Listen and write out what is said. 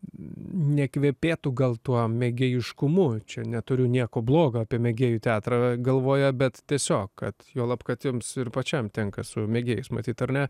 nekvepėtų gal tuo mėgėjiškumu čia neturiu nieko blogo apie mėgėjų teatrą galvoje bet tiesiog kad juolab kad jums ir pačiam tenka su mėgėjais matyt ar ne